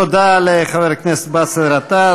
תודה לחבר הכנסת באסל גטאס.